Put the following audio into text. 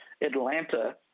atlanta